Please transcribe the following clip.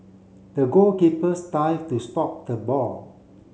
the goalkeepers dive to stop the ball